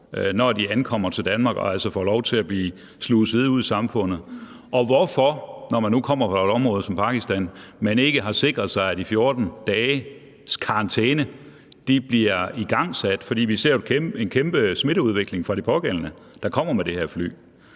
når de ankommer til Danmark og altså får lov til at blive sluset ud i samfundet, og hvorfor man ikke, når de nu kommer fra et område som Pakistan, har sikret sig, at de 14 dages karantæne bliver igangsat. For vi ser jo en kæmpe smitteudvikling fra de pågældende, der kommer med det her fly.